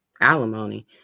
alimony